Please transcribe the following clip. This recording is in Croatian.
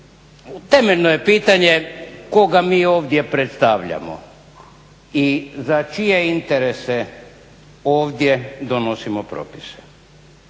Temeljno je pitanje koga mi ovdje predstavljamo i za čije interese ovdje donosimo propise?